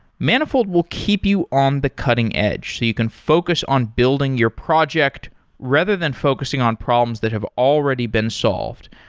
manifold will keep you on the cutting-edge so you can focus on building your project rather than focusing on problems that have already been solved.